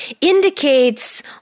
indicates